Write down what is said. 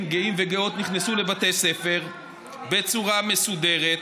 גאים וגאות נכנסו לבתי ספר בצורה מסודרת,